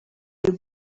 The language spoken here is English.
you